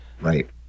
Right